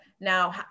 Now